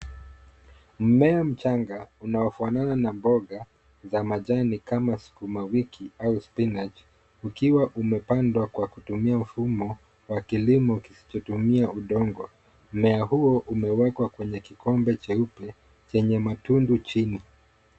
Mmea mchanga unaofanana na mboga za majani, kama sukuma wiki au spinach. Ukiwa umepandwa kwa kutumia mfumo wa kilimo kisichotumia udongo, mmea huo umewekwa kwenye kikombe cheupe chenye matundu.